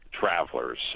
travelers